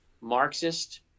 Marxist